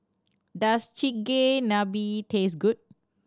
does Chigenabe taste good